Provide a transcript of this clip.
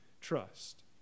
trust